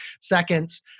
seconds